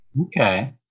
Okay